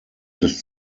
des